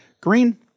green